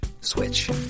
switch